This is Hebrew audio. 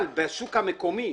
אבל בשוק המקומי,